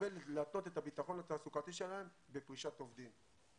להתנות את הביטחון התעסוקתי שלהם בפרישת עובדים.